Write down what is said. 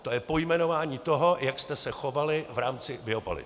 To je pojmenování toho, jak jste se chovali v rámci biopaliv.